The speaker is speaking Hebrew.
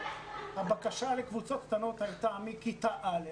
הבקשה לקבוצות קטנות הייתה מכיתה א'